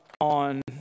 on